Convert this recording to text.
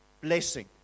blessing